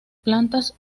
plantas